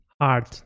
hard